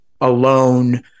alone